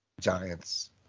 Giants